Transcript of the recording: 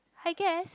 I guess